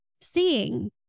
seeing